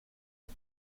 ses